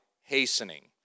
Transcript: hastening